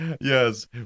Yes